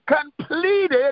completed